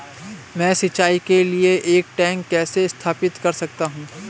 मैं सिंचाई के लिए एक टैंक कैसे स्थापित कर सकता हूँ?